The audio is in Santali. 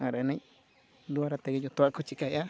ᱟᱨ ᱮᱱᱮᱡ ᱫᱳᱣᱟᱨᱟ ᱛᱮᱜᱮ ᱡᱚᱛᱚᱣᱟᱜ ᱠᱚ ᱪᱮᱠᱟᱭᱮᱜᱼᱟ